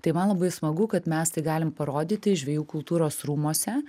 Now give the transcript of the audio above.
tai man labai smagu kad mes tai galim parodyti žvejų kultūros rūmuose